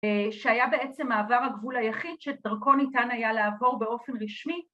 ‫שהיה בעצם מעבר הגבול היחיד ‫שדרכו ניתן היה לעבור באופן רשמי.